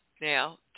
now